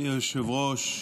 אדוני היושב-ראש,